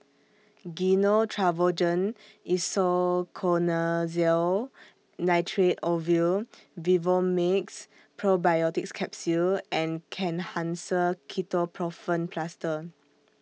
Gyno Travogen Isoconazole Nitrate Ovule Vivomixx Probiotics Capsule and Kenhancer Ketoprofen Plaster